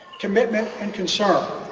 commitment and concern,